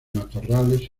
matorrales